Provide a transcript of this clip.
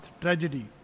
tragedy